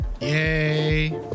Yay